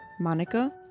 monica